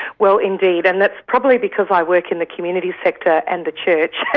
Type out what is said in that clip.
well indeed. and that's probably because i work in the community sector and the church,